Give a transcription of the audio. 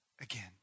again